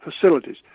facilities